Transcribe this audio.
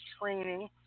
training